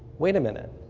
wait a minute.